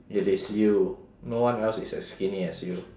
it is you no one else is as skinny as you